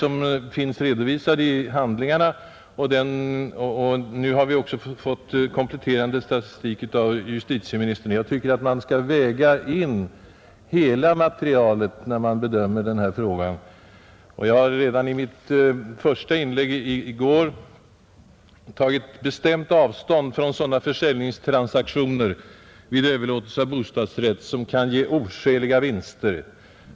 Statistiken finns ju redovisad i handlingarna, och nu har vi också fått kompletterande statistik av justitieministern. Jag tycker man skall väga in hela materialet när man bedömer den här frågan. Redan i mitt första inlägg i går tog jag bestämt avstånd från sådana försäljningstransaktioner vid överlåtelse av bostadsrätt som kan ge oskäliga vinster.